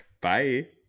Bye